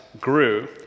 grew